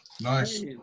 Nice